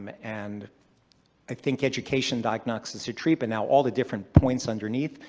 but and i think education diagnosis treatment. now all the different points underneath,